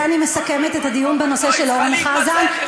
אני מסכמת את הדיון בנושא של אורן חזן,